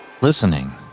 listening